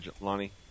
Lonnie